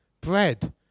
bread